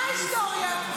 מה ההיסטוריה?